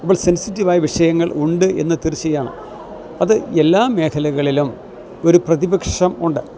സെൻസിറ്റീവായ വിഷയങ്ങളുണ്ടെന്നത് തീർച്ചയാണ് അത് എല്ലാ മേഖലകളിലും ഒരു പ്രതിപക്ഷമുണ്ട്